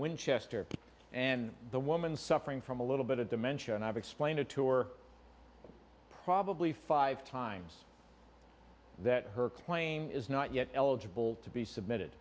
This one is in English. winchester and the woman suffering from a little bit of dementia and i've explained a tour probably five times that her claim is not yet eligible to be submitted